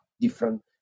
different